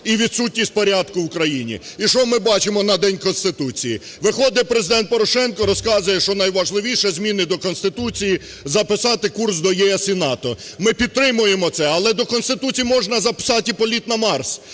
і відсутність порядку в Україні. І що ми бачимо на День Конституції? Виходить Президент Порошенко, розказує, що найважливіше – зміни до Конституції, записати курс до ЄС і НАТО. Ми підтримуємо це, але до Конституції можна записати і політ на Марс.